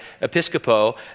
episcopo